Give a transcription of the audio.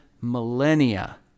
millennia